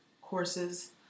courses